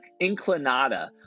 Inclinata